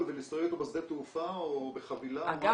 ולהסתובב איתו בשדה תעופה או בחבילה --- אגב,